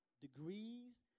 degrees